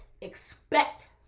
expect